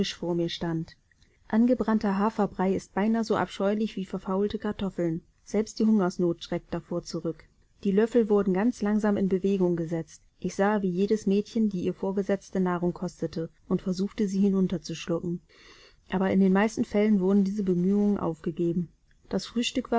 vor mir stand angebrannter haferbrei ist beinahe ebenso abscheulich wie verfaulte kartoffeln selbst die hungersnot schreckt davor zurück die löffel wurden ganz langsam in bewegung gesetzt ich sah wie jedes mädchen die ihr vorgesetzte nahrung kostete und versuchte sie hinunterzuschlucken aber in den meisten fällen wurden diese bemühungen aufgegeben das